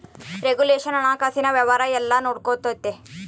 regulation ಹಣಕಾಸಿನ ವ್ಯವಹಾರ ಎಲ್ಲ ನೊಡ್ಕೆಂತತೆ